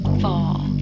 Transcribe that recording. fall